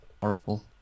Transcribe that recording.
Horrible